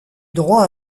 droit